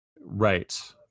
Right